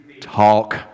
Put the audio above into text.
talk